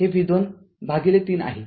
हे v २ भागिले ३ आहे